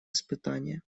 испытания